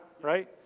right